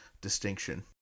distinction